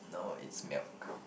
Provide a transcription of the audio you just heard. no it's milk